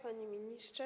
Panie Ministrze!